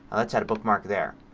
let's set a bookmark there.